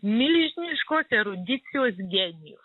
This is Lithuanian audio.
milžiniškos erudicijos genijus